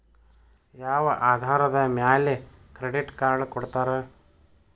ಯಾವ ಆಧಾರದ ಮ್ಯಾಲೆ ಕ್ರೆಡಿಟ್ ಕಾರ್ಡ್ ಕೊಡ್ತಾರ?